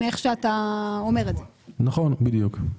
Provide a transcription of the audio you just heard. נכון, בדיוק.